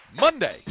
Monday